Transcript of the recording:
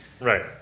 Right